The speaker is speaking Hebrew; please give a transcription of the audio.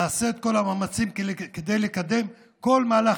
נעשה את כל המאמצים כדי לקדם כל מהלך